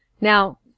Now